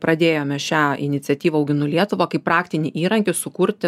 pradėjome šią iniciatyvą auginu lietuvą kaip praktinį įrankį sukurti